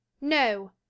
no